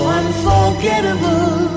unforgettable